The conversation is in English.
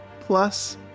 Plus